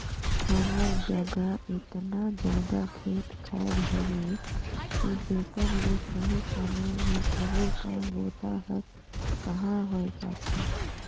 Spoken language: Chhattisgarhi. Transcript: हमर जघा एतना जादा खेत खायर हवे कि जेकर ले सही समय मे सबो काम बूता हर कहाँ होए पाथे